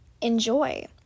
enjoy